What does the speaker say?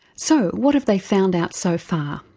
so what have they found out so far?